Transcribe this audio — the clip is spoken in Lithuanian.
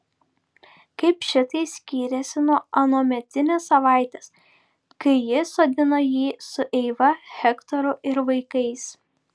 kaip šitai skyrėsi nuo anuometinės savaitės kai jis sodino jį su eiva hektoru ir vaikais